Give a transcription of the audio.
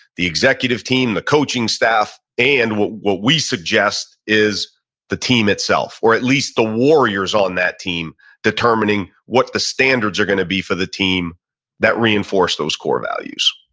the executive team, the coaching staff, and what what we suggest is the team itself or at least the warriors on that team determining what the standards are going to be for the team that reinforce those core values